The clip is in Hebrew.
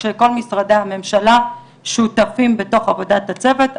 כשכל משרדי הממשלה שותפים בתוך עבודת הצוות.